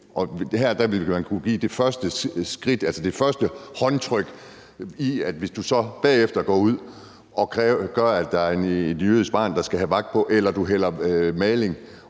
skridt ved at give det første håndtryk. Og hvis du så bagefter går ud og gør noget, der gør, at der er et jødisk barn, der skal have vagt på, eller du hælder maling